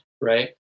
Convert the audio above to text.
right